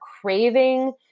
craving